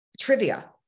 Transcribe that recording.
trivia